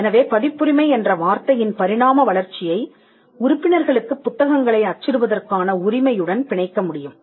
எனவே பதிப்புரிமை என்ற வார்த்தையின் பரிணாம வளர்ச்சியை உறுப்பினர்களுக்குப் புத்தகங்களை அச்சிடுவதற்கான உரிமையுடன் பிணைக்க முடியும்